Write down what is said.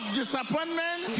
disappointment